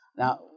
Now